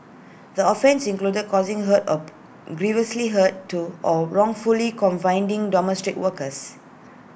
the offences included causing hurt or grievously hurt to or wrongfully confining workers